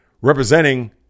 Representing